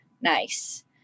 nice